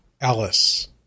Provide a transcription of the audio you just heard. Alice